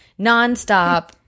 nonstop